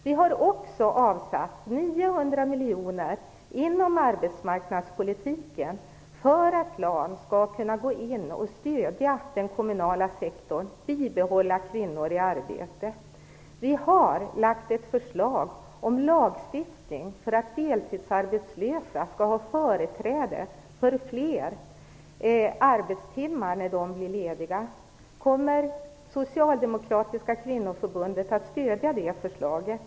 Vi har också avsatt 900 miljoner inom arbetsmarknadspolitiken för att LAN skall kunna användas som stöd i den kommunala sektorn, för att bibehålla kvinnor i arbete. Vi har lagt fram ett förslag om lagstiftning för att deltidsarbetslösa skall ha företräde till fler arbetstimmar när de blir lediga. Kommer Socialdemokratiska kvinnoförbundet att stödja det förslaget? Vi har lagt fram ett förslag till lagstiftning för att deltidsarbetslösa skall ha företräde till fler arbetstimmar när de blir lediga. Kommer det socialdemokratiska kvinnoförbundet att stödja det förslaget?